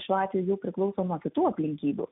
šiuo atveju jau priklauso nuo kitų aplinkybių